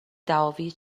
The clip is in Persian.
دعاوی